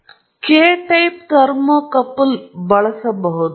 ಇದನ್ನು ಪರಿಹರಿಸಲು ಸರಳವಾದ ಮಾರ್ಗವೆಂದರೆ ಮತ್ತೊಂದು ಥರ್ಮೋಕೂಲ್ ಅನ್ನು ಸೇರಿಸುವುದು